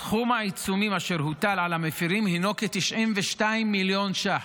סכום העיצומים אשר הוטל על המפירים הינו כ-92 מיליון שקלים.